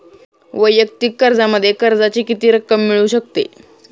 वैयक्तिक कर्जामध्ये कर्जाची किती रक्कम मिळू शकते?